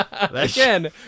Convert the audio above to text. Again